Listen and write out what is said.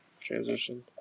transition